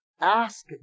ask